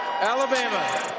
Alabama